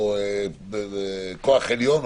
או כוח עליון,